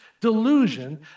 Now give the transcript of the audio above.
delusion